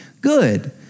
good